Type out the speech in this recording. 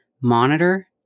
monitor